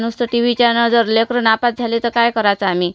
नुसतं टी वीच्यानं जर लेकरं नापास झाले तर काय करायचं आम्ही